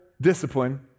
discipline